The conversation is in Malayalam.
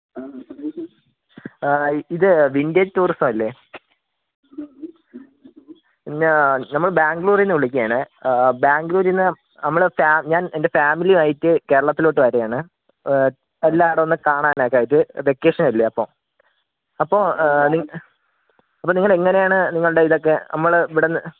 ഇത് വിൻറേജ് ടൂറിസം അല്ലേ നമ്മൾ ബാഗ്ലൂരിൽ നിന്ന് വിളിക്കുവാണ് ബാംഗ്ലൂരിൽ നിന്ന് നമ്മൾ ഫാ ഞാൻ എൻ്റെ ഫാമിലി ആയിട്ട് കേരളത്തിലോട്ട് വരുകയാണ് എല്ലാ ഇടവും ഒന്ന് കാണാൻ ഒക്കെ ആയിട്ട് വെക്കേഷൻ അല്ലേ അപ്പോൾ അപ്പോൾ നി നിങ്ങൾ എങ്ങനെ ആണ് നിങ്ങളുടെ ഇതൊക്കെ നമ്മൾ ഇവിടുന്ന്